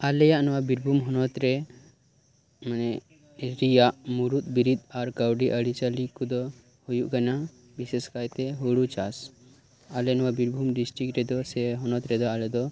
ᱟᱞᱮᱭᱟᱜ ᱱᱚᱣᱟ ᱵᱤᱨᱵᱷᱩᱢ ᱦᱚᱱᱚᱛ ᱨᱮ ᱢᱟᱱᱮ ᱮᱥᱰᱤᱭᱟᱜ ᱢᱩᱬᱩᱛ ᱵᱤᱨᱤᱫ ᱠᱟᱹᱣᱰᱤ ᱟᱹᱨᱤ ᱪᱟᱹᱞᱤ ᱠᱚᱫᱚ ᱦᱩᱭᱩᱜ ᱠᱟᱱᱟ ᱵᱤᱥᱮᱥ ᱠᱟᱭᱛᱮ ᱦᱩᱲᱩ ᱪᱟᱥ ᱟᱞᱮ ᱱᱚᱭᱟ ᱵᱤᱨᱵᱷᱩᱢ ᱰᱤᱥᱴᱨᱤᱴ ᱨᱮᱫᱚ ᱥᱮ ᱦᱚᱱᱚᱛ ᱨᱮᱫᱚ ᱟᱞᱮ ᱫᱚ